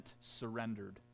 surrendered